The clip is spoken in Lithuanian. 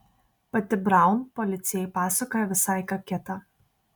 pati braun policijai pasakoja visai ką kitą